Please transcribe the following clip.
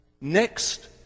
next